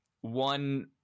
one